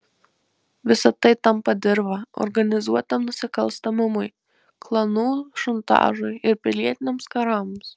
visa tai tampa dirva organizuotam nusikalstamumui klanų šantažui ir pilietiniams karams